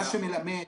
מה שמלמד,